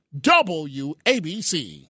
WABC